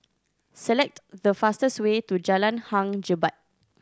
select the fastest way to Jalan Hang Jebat